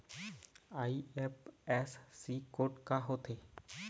IFSC code का होथे?